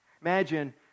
Imagine